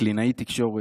קלינאית תקשורת,